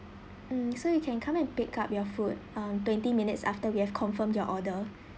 mm so you can come and pick up your food um twenty minutes after we have confirmed your order